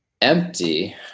empty